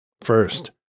First